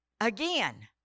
again